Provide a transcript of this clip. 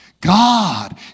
God